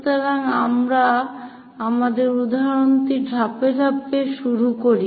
সুতরাংআমরা আমাদের উদাহরণটি ধাপে ধাপে শুরু করি